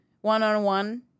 one-on-one